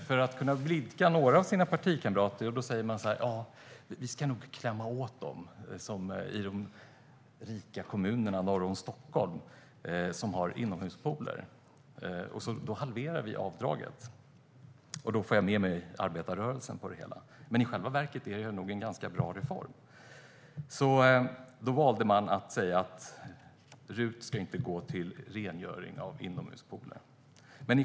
För att blidka några av sina partikamrater säger man: Ja, vi ska nog klämma åt dem i de rika kommunerna norr om Stockholm som har inomhuspooler! Då halverar vi avdraget, och då får jag med mig arbetarrörelsen på det hela - men i själva verket är det nog en ganska bra reform. Man valde alltså att säga att RUT inte ska gå till rengöring av inomhuspooler.